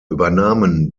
übernahmen